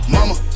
Mama